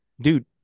Dude